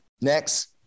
Next